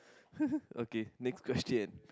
okay next question